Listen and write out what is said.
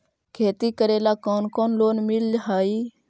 खेती करेला कौन कौन लोन मिल हइ?